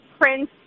Prince